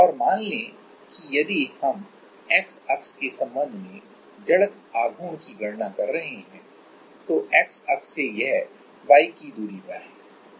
और मान लें कि यदि हम X अक्ष के संबंध में मोमेंट आफ इनर्शिया की गणना कर रहे हैं तो X अक्ष से यह y की दूरी पर है